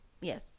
yes